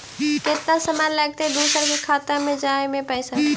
केतना समय लगतैय दुसर के खाता में जाय में पैसा?